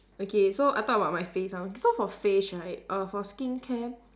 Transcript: okay so I talk about my face ah so for face right err for skincare